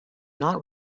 not